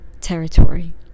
territory